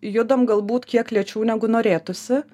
judam galbūt kiek lėčiau negu norėtųsi